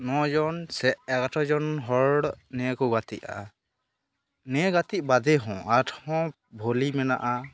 ᱱᱚᱡᱚᱱ ᱥᱮ ᱮᱜᱟᱨᱚ ᱡᱚᱱ ᱦᱚᱲ ᱱᱤᱭᱮᱠᱚ ᱜᱟᱛᱮᱜᱼᱟ ᱱᱤᱭᱟᱹ ᱜᱟᱛᱮᱜ ᱵᱟᱫᱮᱦᱚᱸ ᱟᱨᱦᱚᱸ ᱵᱷᱚᱞᱤ ᱢᱮᱱᱟᱜᱼᱟ